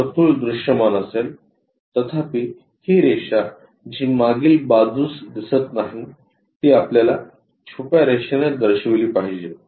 हे वर्तुळ दृश्यमान असेल तथापि ही रेषा जी मागील बाजूस दिसत नाही ती आपल्याला छुप्या रेषेने दर्शविली पाहिजे